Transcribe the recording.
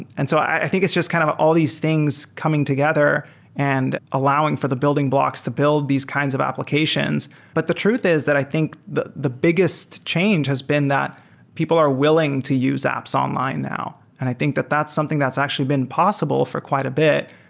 and so i think it's just kind of all these things coming together and allowing for the building blocks to build these kinds of applications but the truth is that i think, the the biggest change has been that people are willing to use apps online now. and i think that that's something that's actually been possible for quite a bit,